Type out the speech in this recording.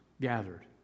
gathered